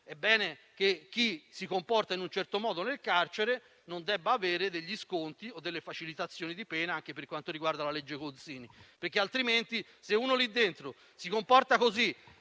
è bene che chi si comporta in un certo modo nel carcere non debba avere sconti o facilitazioni di pena, anche per quanto riguarda la legge Gozzini. Non è accettabile che uno lì dentro si comporti così,